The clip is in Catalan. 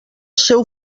seu